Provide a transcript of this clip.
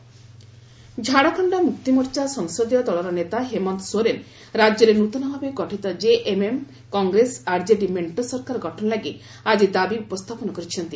JMM meeting Jharkhand Mukti Morcha ସଂସଦୀୟ ଦଳର ନେତା ହେମନ୍ତ ସୋରେନ ରାଜ୍ୟରେ ନୃତନ ଭାବେ ଗଠିତ କେଏମ୍ଏମ୍ କଂଗ୍ରେସ ଆର୍କେଡି ମେଣ୍ଟ ସରକାର ଗଠନ ଲାଗି ଆଜି ଦାବି ଉପସ୍ଥାପନ କରିଛନ୍ତି